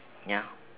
ya